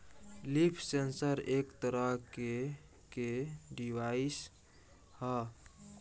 leaf sensor एक तरह के के डिवाइस ह